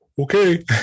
okay